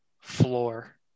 floor